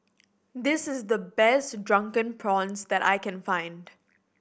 this is the best Drunken Prawns that I can find